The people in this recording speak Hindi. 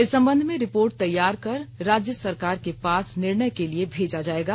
इस संबंध में रिपोट तैयार कर राज्य सरकार के पास निर्णय के लिए भेजा जायेगा